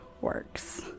works